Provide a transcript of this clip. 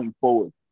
forward